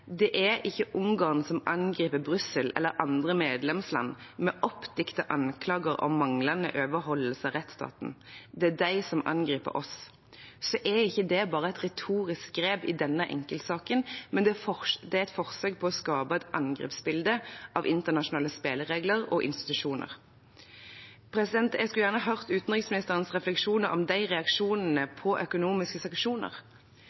det er ikke Ungarn som angriper Brussel eller andre medlemsland med oppdiktede anklager om manglende overholdelse av rettsstaten, det er de som angriper oss, er ikke det bare et retorisk grep i denne enkeltsaken, men det er et forsøk på å skape et angrepsbilde av internasjonale spilleregler og institusjoner. Jeg skulle gjerne hørt utenriksministerens refleksjoner om de reaksjonene på økonomiske sanksjoner.